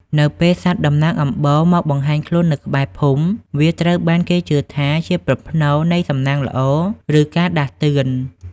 នៅពេលសត្វតំណាងអំបូរមកបង្ហាញខ្លួននៅក្បែរភូមិ វាត្រូវបានគេជឿថាជាប្រផ្នូលនៃសំណាងល្អ ឬការដាស់តឿន។